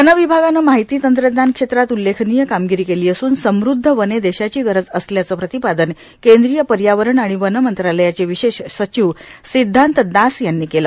one विभागानं माहिती तंत्रज्ञान क्षेत्रात उल्लेखनीय कामगिरी केली असून समुद्ध वने देशाची गरज असल्याचं प्रतिपादन केंद्रीय पर्यावरण आणि वन मंत्रालयाचे विशेष सचिव सिद्धांत दास यांनी केलं